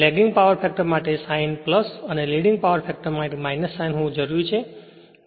lagging power માટે sign અને leading power factor sign હોવું જોઈએ